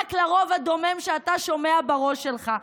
רק לרוב הדומם שאתה שומע בראש שלך,